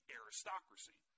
aristocracy